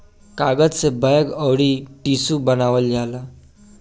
कागज से बैग अउर टिशू बनावल जाला